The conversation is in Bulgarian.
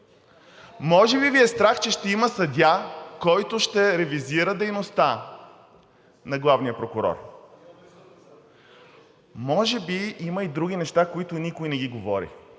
Може би Ви е страх, че ще има съдия, който ще ревизира дейността на главния прокурор. Може би има и други неща, които никой не ги говори.